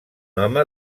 home